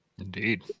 Indeed